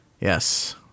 Yes